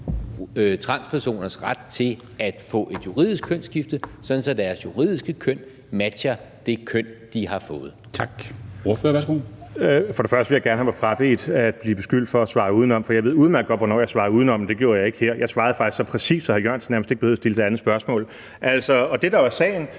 transpersoners ret til at få et juridisk kønsskifte, sådan at deres juridiske køn matcher det køn, de har fået. Kl. 19:15 Formanden (Henrik Dam Kristensen): Tak. Ordføreren, værsgo. Kl. 19:15 Morten Messerschmidt (DF): Først vil jeg gerne have mig frabedt at blive beskyldt for at svare udenom, for jeg ved udmærket godt, hvornår jeg svarer udenom, og det gjorde jeg ikke her. Jeg svarede faktisk så præcist, at hr. Jan E. Jørgensen nærmest ikke behøvede at stille sit andet spørgsmål. Det, der var sagen,